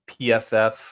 PFF